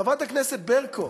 חברת הכנסת ברקו,